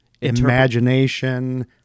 imagination